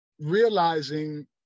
realizing